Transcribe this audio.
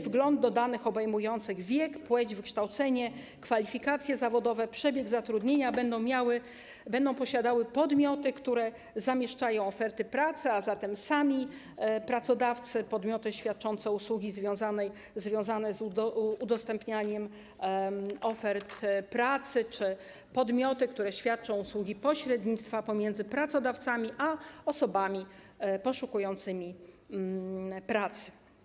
Wgląd do danych obejmujących wiek, płeć, wykształcenie, kwalifikacje zawodowe i przebieg zatrudnienia będą miały podmioty, które zamieszczają oferty pracy, a zatem sami pracodawcy, podmioty świadczące usługi związane z udostępnianiem ofert pracy czy podmioty, które świadczą usługi pośrednictwa pomiędzy pracodawcami a osobami poszukującymi pracy.